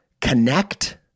connect